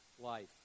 life